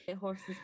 horses